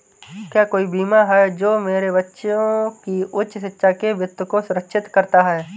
क्या कोई बीमा है जो मेरे बच्चों की उच्च शिक्षा के वित्त को सुरक्षित करता है?